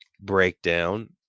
breakdown